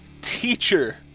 teacher